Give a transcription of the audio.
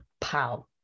pow